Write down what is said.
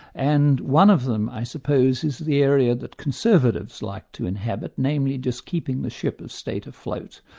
and one of them i suppose is the area that conservatives like to inhabit, namely, just keeping the ship of state afloat.